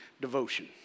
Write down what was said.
devotion